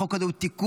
החוק הזה הוא תיקון